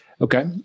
Okay